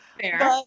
Fair